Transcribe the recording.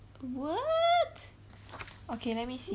what okay let me see